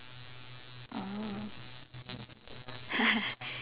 mm